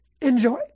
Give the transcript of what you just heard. Enjoy